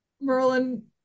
Merlin